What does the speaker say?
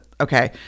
okay